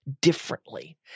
differently